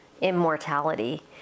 immortality